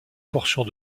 portions